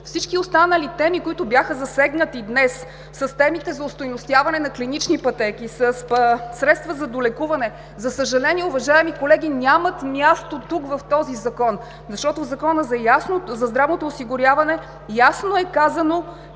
Всички останали теми, които бяха засегнати днес – темите за остойностяване на клинични пътеки, средства за долекуване, за съжаление, уважаеми колеги, нямат място тук, в този Закон. Защото в Закона за здравното осигуряване ясно е казано,